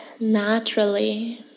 naturally